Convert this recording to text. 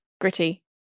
gritty